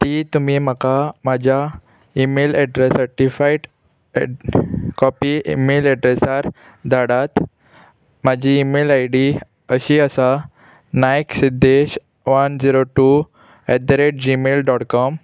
ती तुमी म्हाका म्हाज्या email address certified at copy email एड्रेसार धाडात म्हाजी ईमेल आय डी अशी आसा Nayak Siddesh one zero two eight the rate Gmail dot com